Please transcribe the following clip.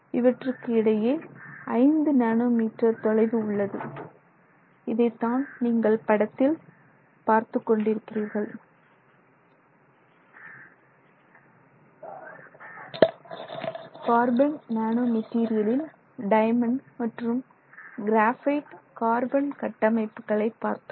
இவற்றுக்கு இடையே ஐந்து நானோ மீட்டர் தொலைவு உள்ளது இதைத்தான் நீங்கள் படத்தில் பார்த்துக் கொண்டிருக்கிறீர்கள் கார்பன் நானோ மெட்டீரியலில் டைமண்ட் மற்றும் கிராபைட் கார்பன் கட்டமைப்புகளை பார்த்தோம்